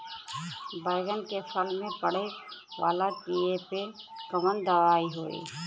बैगन के फल में पड़े वाला कियेपे कवन दवाई होई?